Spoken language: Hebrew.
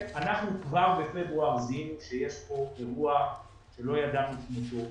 כבר בפברואר זיהינו שיש כאן אירוע שלא ידענו כמותו